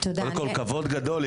קודם כל כבוד גדול,